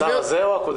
השר הזה או הקודם?